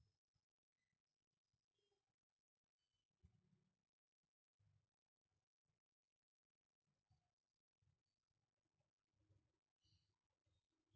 ನಮ್ಮ ಖಾತೆಯಿಂದ ಇನ್ನೊಬ್ಬರ ಖಾತೆಗೆ ರೊಕ್ಕ ಹಾಕಕ್ಕೆ ಏನೇನು ಡೇಟೇಲ್ಸ್ ಬೇಕರಿ?